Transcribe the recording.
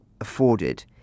afforded